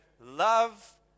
love